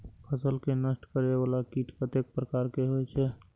फसल के नष्ट करें वाला कीट कतेक प्रकार के होई छै?